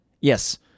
Yes